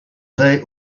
they